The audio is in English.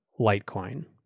Litecoin